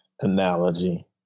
analogy